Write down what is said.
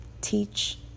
teach